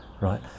right